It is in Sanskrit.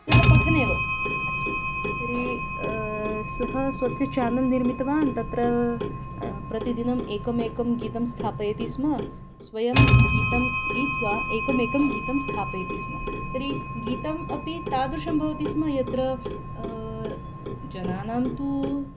सः पठनेव अस्ति तर्हि सः स्वस्य चानल् निर्मितवान् तत्र प्रतिदिनम् एकमेकं गीतं स्थापयति स्म स्वयं गीतं गीत्वा एकमेकं गीतं स्थापयति स्म तर्हि गीतम् अपि तादृशं भवति स्म यत्र जनानां तु